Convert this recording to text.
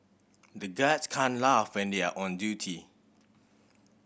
the guards can't laugh when they are on duty